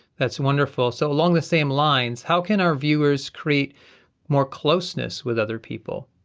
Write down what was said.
that's wonderful, so along the same lines, how can our viewers, create more closeness with other people?